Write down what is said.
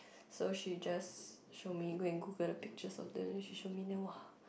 so she just show me go and Google the pictures of them then she show me then !wah!